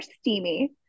steamy